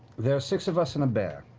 there's six of us and a bear.